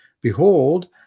Behold